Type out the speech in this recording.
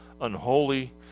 unholy